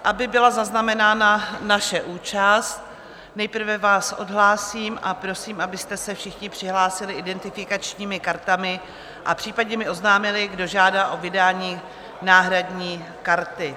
Aby byla zaznamenána naše účast, nejprve vás odhlásím a prosím, abyste se všichni přihlásili identifikačními kartami a případně mi oznámili, kdo žádá o vydání náhradní karty.